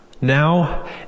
Now